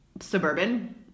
suburban